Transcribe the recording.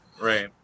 Right